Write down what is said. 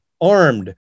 armed